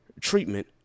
treatment